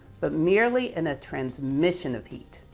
but merely in a transmission of heat.